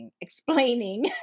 explaining